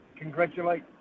congratulate